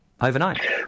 overnight